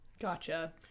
Gotcha